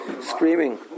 screaming